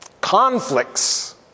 Conflicts